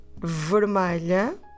Vermelha